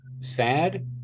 sad